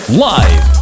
live